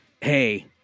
Hey